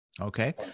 Okay